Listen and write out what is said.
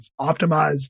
optimized